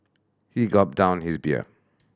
he gulped down his beer